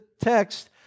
text